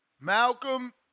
Malcolm